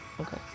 okay